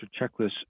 checklist